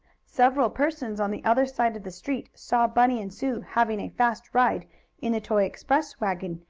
several persons on the other side of the street saw bunny and sue having a fast ride in the toy express wagon,